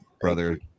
brother